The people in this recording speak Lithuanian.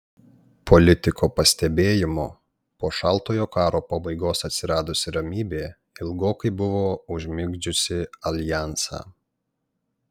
politiko pastebėjimu po šaltojo karo pabaigos atsiradusi ramybė ilgokai buvo užmigdžiusi aljansą